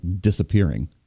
disappearing